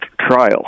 trial